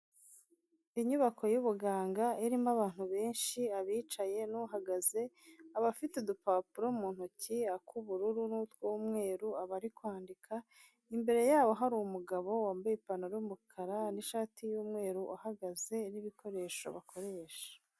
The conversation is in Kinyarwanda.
Inyubako y'ubuganga irimo abantu benshi abicaye n'uhagaze, abafite udupapuro mu ntoki, ak'ubururu n'utw'umweru, abari kwandika imbere yabo hari umugabo wambaye ipantaro y'umukara n'ishati y'umweru uhagaze n'ibikoresho bakoresha.